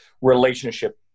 relationship